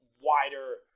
wider